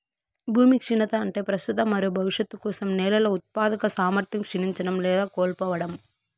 భూమి క్షీణత అంటే ప్రస్తుత మరియు భవిష్యత్తు కోసం నేలల ఉత్పాదక సామర్థ్యం క్షీణించడం లేదా కోల్పోవడం